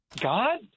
God